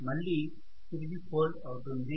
మళ్ళీ తిరిగి ఫోల్డ్ అవుతుంది